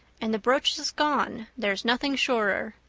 and the brooch is gone, there's nothing surer.